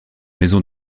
maison